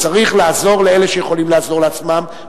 צריך לעזור לאלה שיכולים לעזור לעצמם,